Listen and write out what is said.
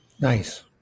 Nice